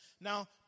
now